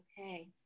Okay